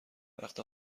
وقت